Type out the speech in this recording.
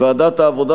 ועדת העבודה,